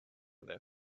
their